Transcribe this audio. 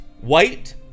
white